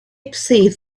perceived